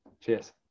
Cheers